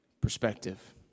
perspective